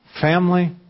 family